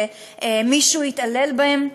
שמישהו התעלל בהם.